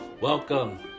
Welcome